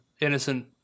innocent